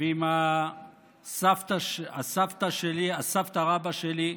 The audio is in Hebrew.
ועם הסבתא רבא שלי.